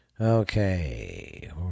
okay